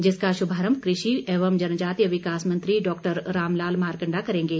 जिसका शुभारम्भ कृषि एवं जनजातीय विकास मंत्री डॉक्टर रामलाल मारकण्डा करेंगे